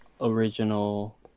original